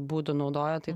būdų naudojo tai